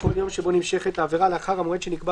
לכל יום שבו נמשכת העבירה לאחר המועד שנקבע